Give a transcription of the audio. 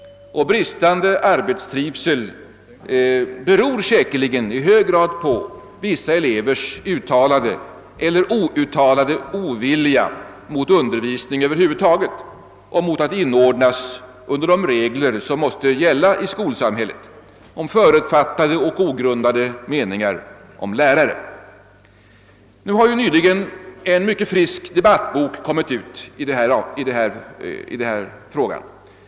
Bristande arbetstrivsel beror säkerligen i hög grad på vissa elevers uttalade eller outtalade motvilja mot undervisning över huvud taget och mot att inordnas under de regler som måste gälla i skolsamhället och på förutfattade och ogrundade meningar om lärare. Nyligen har en mycket frisk debattbok i denna fråga utkommit.